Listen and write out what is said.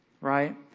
Right